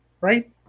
right